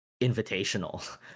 invitational